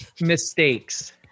Mistakes